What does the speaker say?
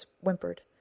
whimpered